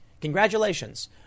Congratulations